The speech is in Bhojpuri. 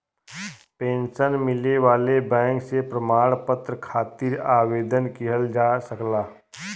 पेंशन मिले वाले बैंक से प्रमाण पत्र खातिर आवेदन किहल जा सकला